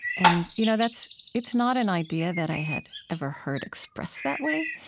and you know that's it's not an idea that i had ever heard expressed that way,